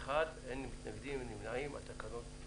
הצבעה בעד, 1 נגד, אין נמנעים, אין התקנה אושרה.